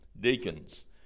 deacons